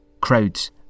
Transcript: crowds